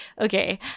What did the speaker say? Okay